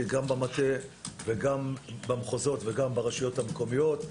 גם במטה וגם במחוזות וברשויות המקומיות.